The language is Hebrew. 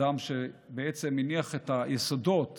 אדם שבעצם הניח את היסודות